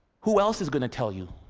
who else is going to tell you?